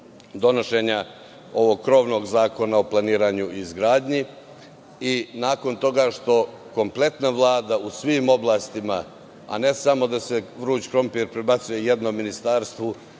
donošenja ovog krovnog zakona o planiranju i izgradnji i nakon toga što kompletna Vlada, u svim oblastima, a ne samo da se vruć krompir prebacuje jednom ministarstvu,